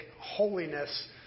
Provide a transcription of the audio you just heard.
holiness